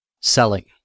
Selling